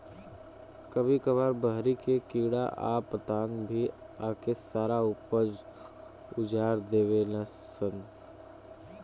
कभी कभार बहरी के कीड़ा आ पतंगा भी आके सारा ऊपज उजार देवे लान सन